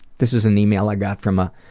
this is an email i got from a